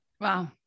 Wow